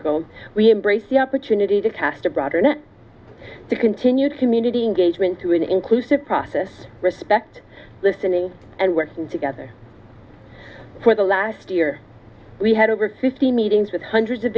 ago we embrace the opportunity to cast a broader net to continue to munity engagement to an inclusive process respect listening and working together for the last year we had over fifty meetings with hundreds of